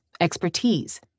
expertise